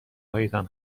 هایتان